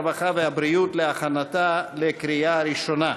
הרווחה והבריאות להכנתה לקריאה ראשונה.